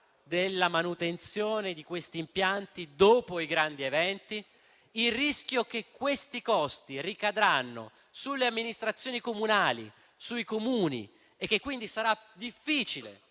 della manutenzione di questi impianti dopo i grandi eventi? Il rischio che questi costi ricadano sulle amministrazioni comunali, e che quindi sarà difficile